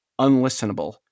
unlistenable